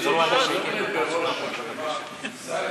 המגמה באה לידי ביטוי בכך שהסיוע המשפטי במשרד